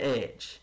edge